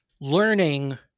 learning